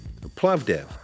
Plavdev